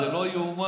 זה לא יאומן.